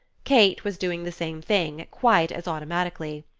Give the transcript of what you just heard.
kate was doing the same thing, quite as automatically.